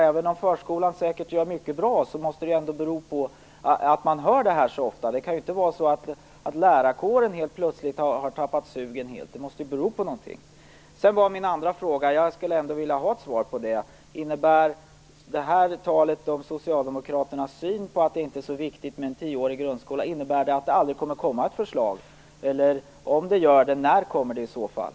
Även om förskolan säkert gör mycket bra, måste det ju bero på något att man hör detta så ofta. Det kan ju inte vara så att lärarkåren helt plötsligt har tappat sugen. Det måste bero på någonting. Sedan skulle jag gärna vilja ha ett svar på min andra fråga. Innebär talet om Socialdemokraternas syn på att det inte är så viktigt med en tioårig grundskola att det aldrig kommer att komma något förslag? Om det kommer ett förslag, när kommer det i så fall?